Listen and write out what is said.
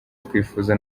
twifuza